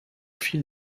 fil